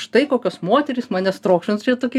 štai kokios moterys manęs trokšta nu čia tokia